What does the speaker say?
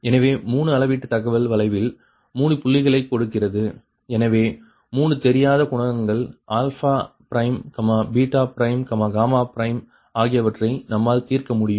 எனவே 3 அளவீட்டு தகவல் வளைவில் 3 புள்ளிகளைக் கொடுக்கிறது எனவே 3 தெரியாத குணகங்கள் β γ ஆகியவற்றை நம்மால் தீர்க்க முடியும்